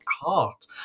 heart